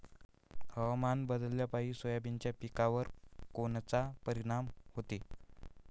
हवामान बदलापायी सोयाबीनच्या पिकावर कोनचा परिणाम होते?